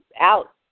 out